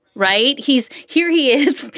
right. he's here. he is,